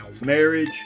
marriage